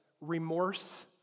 remorse